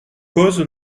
cause